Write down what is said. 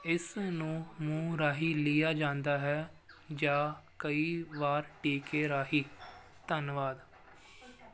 ਇਸ ਨੂੰ ਮੂੰਹ ਰਾਹੀਂ ਲਿਆ ਜਾਂਦਾ ਹੈ ਜਾਂ ਕਈ ਵਾਰ ਟੀਕੇ ਰਾਹੀਂ ਧੰਨਵਾਦ